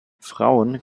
frauen